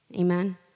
Amen